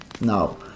Now